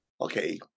Okay